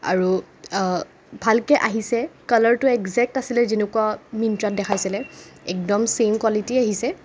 আৰু ভালকে আহিছে কালাৰটো এক্জেক্ট আছিলে যেনেকুৱা মিন্ট্ৰাত দেখুৱাইছিলে একদম চেম কোৱালিটিয়ে আহিছে